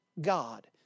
God